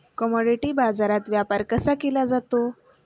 Commodity बाजारात व्यापार कसा केला जातो?